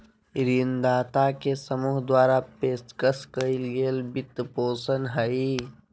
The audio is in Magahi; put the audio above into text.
ऋणदाता के समूह द्वारा पेशकश कइल गेल वित्तपोषण हइ